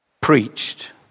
preached